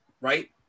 right